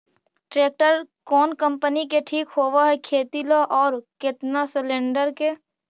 Tractor कोन company के ठीक होब है खेती ल औ केतना सलेणडर के?